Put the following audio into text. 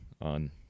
on